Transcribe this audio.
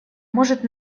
может